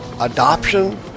adoption